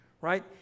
right